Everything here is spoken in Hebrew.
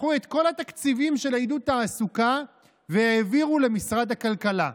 לקחו את כל התקציבים של עידוד תעסוקה והעבירו למשרד הכלכלה.